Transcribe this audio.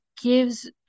gives